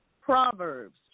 Proverbs